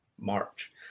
March